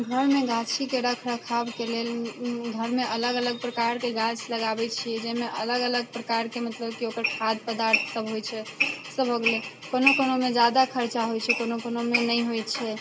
घरमे गाछीके रख रखावके लेल घरमे अलग अलग प्रकारके गाछ लगाबैत छियै जाहिमे अलग अलग प्रकारके मतलब कि ओकर खाद पदार्थ सब होइत छै ई सब भऽ गेलै कोनो कोनोमे जादा खर्चा होइत छै कोनो कोनोमे नहि होइत छै